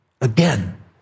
Again